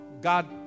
God